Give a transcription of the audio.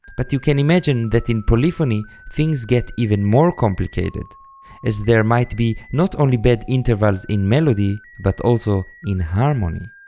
but you can imagine that in polyphony things get even more complicated as there might be not only bad intervals in melody, but also in harmony.